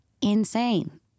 insane